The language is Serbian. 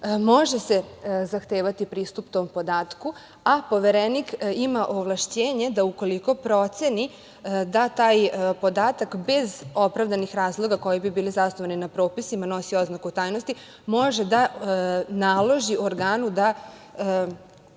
može se zahtevati pristup tom podatku, a Poverenik ima ovlašćenje da, ukoliko proceni da taj podatak bez opravdanih razloga koji bi bili zasnovani na propisima nosi oznaku tajnosti, može da naloži organu da